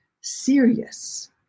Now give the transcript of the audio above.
serious